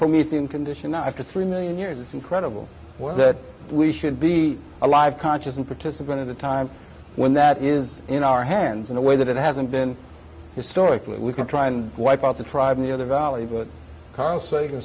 promethean condition now after three million years it's incredible that we should be alive conscious and participant in a time when that it is in our hands in a way that it hasn't been historically we can try and wipe out the tribe in the other valley carl sagan